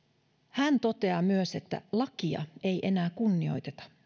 hän toteaa myös lakia ei enää kunnioiteta